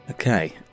Okay